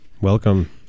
welcome